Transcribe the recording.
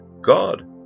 God